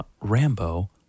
Rambo